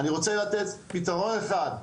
באזורים האלה כדי להרים את האזור.